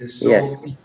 yes